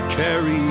carry